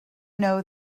know